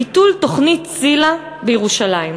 ביטול תוכנית ציל"ה בירושלים.